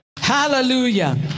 Hallelujah